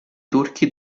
turchi